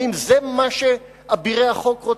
האם זה מה שאבירי החוק רוצים,